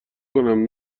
کنم